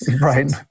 Right